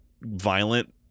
violent